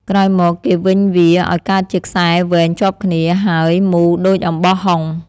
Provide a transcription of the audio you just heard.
ក្រោយមក គេវេញវា អោយកើតជាខ្សែវែងជាប់គ្នា ហើយមូរដូចអំបោះហុង ។